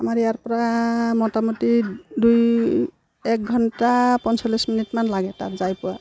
আমাৰ ইয়াৰপৰা মোটামুটি দুই এক ঘণ্টা পঞ্চল্লিছ মিনিটমান লাগে তাত যাই পোৱা